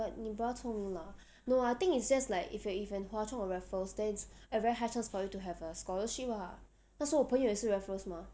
but 你 brother 聪明吗 no I think it's just like if you if you are in hwa chong or raffles then a very high chance for you to have a scholarship lah 那时候我朋友也是 raffles mah